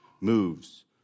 moves